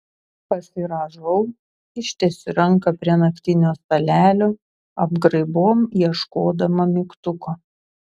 pasirąžau ištiesiu ranką prie naktinio stalelio apgraibom ieškodama mygtuko